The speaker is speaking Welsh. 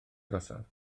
agosaf